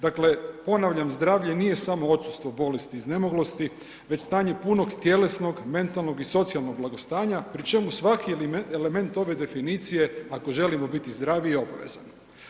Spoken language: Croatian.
Dakle ponavljam, zdravlje nije samo odsustvo bolesti iznemoglosti već stanje punog tjelesnog mentalnog i socijalnog blagostanja pri čemu svaki element ove definicije ako želimo biti zdravi je obavezan.